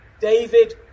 David